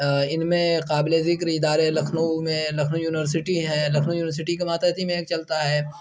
ان میں قابل ذکر ادارے لکھنؤ میں لکھنؤ یونیورسٹی ہے لکھنؤ یونیورسٹی کے ماتحتی میں ایک چلتا ہے